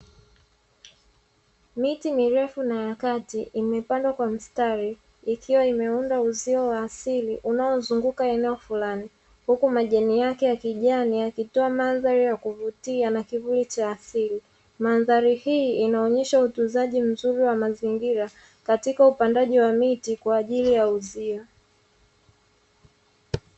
Miti mirefu na ya kati imepandwa kwa mstari ikiwa imeunda uzio wa asili unaozunguka eneo fulani, huku majani yake ya kijani yakitoa mandhari ya kuvutia na kivuli cha asili. Mandhari hii inaonyesha utunzaji mzuri wa mazingira, katika upandaji wa miti kwa ajili ya uzio.